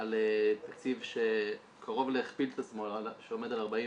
על תקציב שקרוב להכפיל את עצמו שעומד על 44